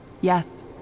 Yes